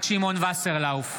וסרלאוף,